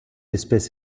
espèce